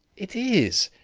it is.